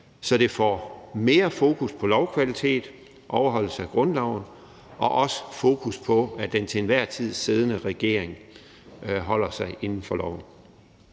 så det får mere fokus på lovkvalitet, overholdelse af grundloven og fokus på, at den til enhver tid siddende regering holder sig inden for loven.